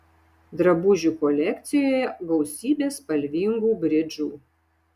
drabužių kolekcijoje gausybė spalvingų bridžų